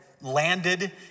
landed